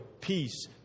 peace